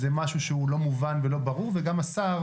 זה משהו שהוא לא מובן ולא ברור וגם השר